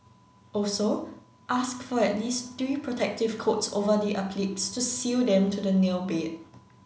also ask for at least three protective coats over the appliques to seal them to the nail bed